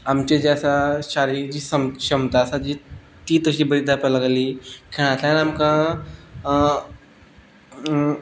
आमचे जे आसा शारिरीक जी शम क्षमता आसा जी ती तशी बरी जावपा लागली खेळांतल्यान आमकां